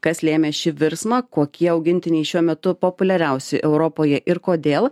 kas lėmė šį virsmą kokie augintiniai šiuo metu populiariausi europoje ir kodėl